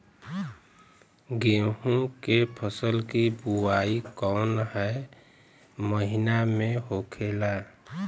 गेहूँ के फसल की बुवाई कौन हैं महीना में होखेला?